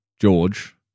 George